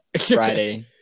friday